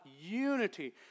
unity